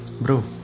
Bro